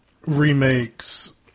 remakes